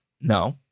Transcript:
No